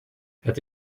het